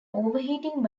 overheating